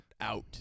Out